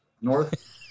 North